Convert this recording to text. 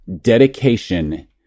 dedication